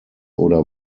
oder